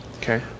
Okay